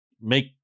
make